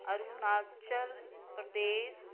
Arunachal Pradesh